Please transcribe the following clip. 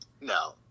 no